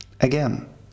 Again